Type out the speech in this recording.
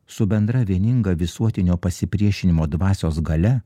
su bendra vieninga visuotinio pasipriešinimo dvasios galia